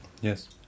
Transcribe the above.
Yes